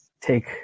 take